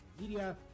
media